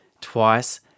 twice